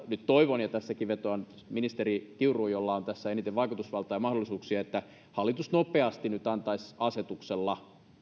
nyt toivon ja tässäkin vetoan ministeri kiuruun jolla on tässä eniten vaikutusvaltaa ja mahdollisuuksia että hallitus nopeasti nyt antaisi asetuksella